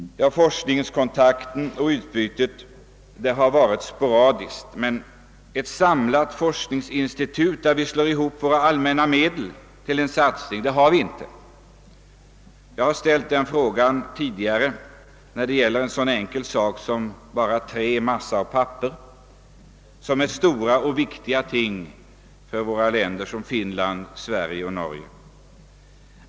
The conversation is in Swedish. Forskningskontakten och utbytet har varit sporadiskt, och ett gemensamt forskningsinstitut där vi satsar våra resurser saknas. Jag har tidigare tagit upp frågan beträffande någonting så enkelt som trä, massa och papper, som är stora och viktiga ting för länder som Finland, Sverige och Norge.